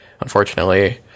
unfortunately